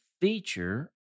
feature